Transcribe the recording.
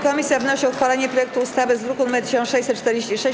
Komisja wnosi o uchwalenie projektu ustawy z druku nr 1646.